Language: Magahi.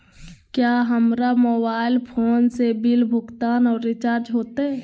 क्या हमारा मोबाइल फोन से बिल भुगतान और रिचार्ज होते?